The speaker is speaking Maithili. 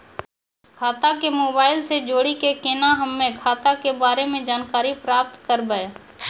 खाता के मोबाइल से जोड़ी के केना हम्मय खाता के बारे मे जानकारी प्राप्त करबे?